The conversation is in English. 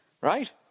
right